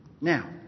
Now